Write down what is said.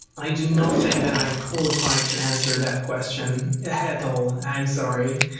i do not think that i am qualified to answer that question at all. i'm sorry.